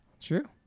True